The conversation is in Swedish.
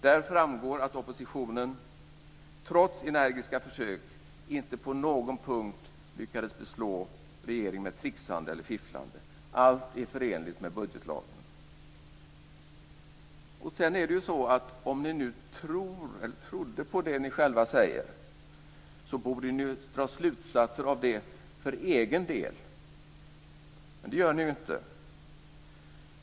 Där framgår att oppositionen trots energiska försök inte på någon punkt lyckades beslå regeringen med tricksande eller fifflande. Allt är förenligt med budgetlagen. Om ni nu trodde på det ni själva säger borde ni dra slutsatser av det för egen del. Men det gör ni inte.